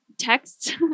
texts